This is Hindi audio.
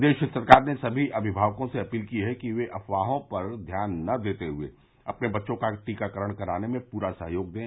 प्रदेश सरकार ने समी अभिभावकों से अपील की हैं कि ये अफवाहों पर ध्यान न देते हुए अपने बच्चों का टीकाकरण कराने में पूरा सहयोग दें